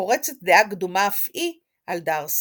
חורצת דעה קדומה אף היא על דארסי.